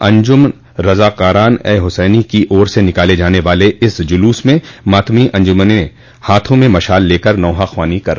अंजुमन रज़ाकारान ए हुसैनी की ओर से निकाले जाने वाले इस जुलूस में मातमी अंजुमनें हाथों में मशाले लेकर नौहाख़्वानी कर रही हैं